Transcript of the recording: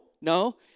no